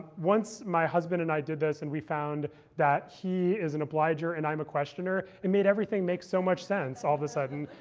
once my husband and i did this, and we found that he is an obliger and i'm a questioner, it made everything make so much sense all of a sudden.